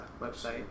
website